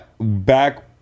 Back